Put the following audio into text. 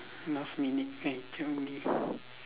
last minute then tell me